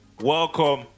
Welcome